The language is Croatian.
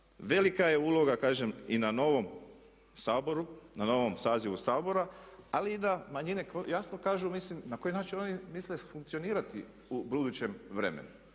i na novom Saboru, na novom sazivu Sabora, ali i da manjine jasno kažu mislim na koji način oni misle funkcionirati u budućem vremenu.